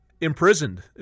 imprisoned